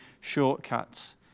shortcuts